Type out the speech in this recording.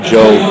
Joe